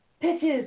pitches